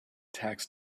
tax